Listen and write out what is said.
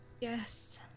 Yes